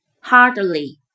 Hardly